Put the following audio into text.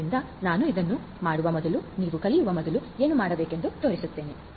ಆದ್ದರಿಂದ ನಾನು ಅದನ್ನು ಮಾಡುವ ಮೊದಲು ನೀವು ಕಲಿಯುವ ಮೊದಲು ಏನು ಮಾಡಬೇಕೆಂದು ತೋರಿಸುತ್ತೇನೆ